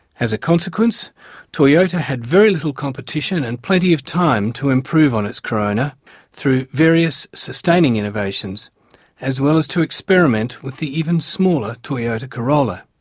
as a consequence toyota had very little competition and plenty of time to improve on its corona through various sustaining innovations as well as to experiment with the even smaller toyota corolla.